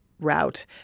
route